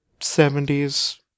70s